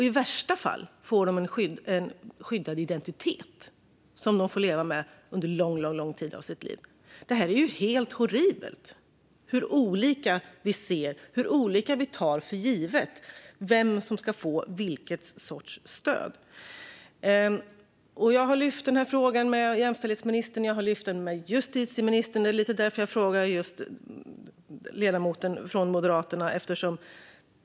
I värsta fall får de en skyddad identitet som de får leva med under lång tid av sitt liv. Det är helt horribelt hur olika vi ser på män och kvinnor och hur olika vi tar för givet vem som ska få vilken sorts stöd. Jag har lyft den här frågan med jämställdhetsministern. Jag har lyft den med justitieministern. Det är lite därför jag riktar frågan till just ledamoten från Moderaterna.